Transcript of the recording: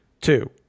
Two